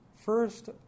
first